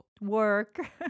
work